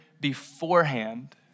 beforehand